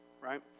right